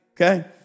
Okay